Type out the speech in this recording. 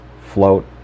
Float